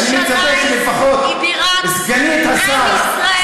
ואני מצפה שלפחות סגנית השר,